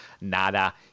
nada